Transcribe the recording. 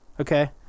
okay